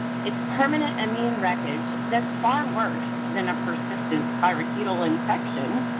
it's permenant immune wreckage that's far worse than a persistent spirochetal infection.